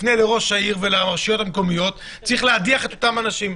תפנה לראש העיר ולרשויות המקומיות - צריך להדיח את אותם אנשים.